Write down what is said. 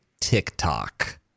TikTok